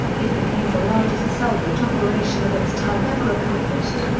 it became the largest salvage operation of its type ever accomplished.